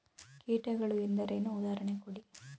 ಕೀಟಗಳು ಎಂದರೇನು? ಉದಾಹರಣೆ ಕೊಡಿ?